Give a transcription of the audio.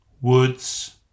woods